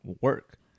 work